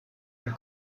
der